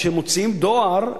כשהם מוציאים דואר,